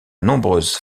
nombreuse